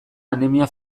anemia